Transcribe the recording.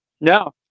No